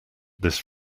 this